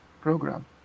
program